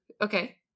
Okay